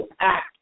act